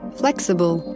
flexible